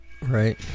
right